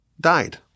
died